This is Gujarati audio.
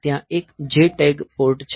ત્યાં એક JTAG પોર્ટ છે